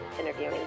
interviewing